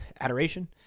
adoration